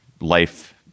life